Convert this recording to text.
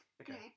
Okay